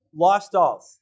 lifestyles